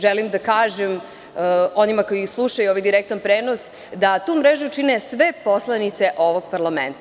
Želim da kažem onima koji slušaju ovaj direktan prenos da tu mrežu čine sve poslanice ovog parlamenta.